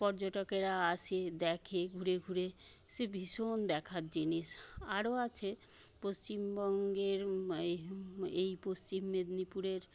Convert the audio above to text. পর্যটকেরা আসে দেখে ঘুরে ঘুরে সে ভীষণ দেখার জিনিস আরও আছে পশ্চিমবঙ্গের এই পশ্চিম মেদিনীপুরের